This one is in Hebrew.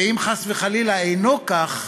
ואם חס וחלילה אינו כך,